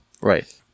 right